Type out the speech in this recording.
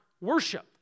worship